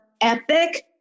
epic